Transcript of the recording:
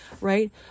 right